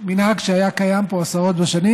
מנהג שהיה קיים פה עשרות בשנים,